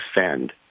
defend